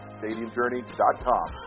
stadiumjourney.com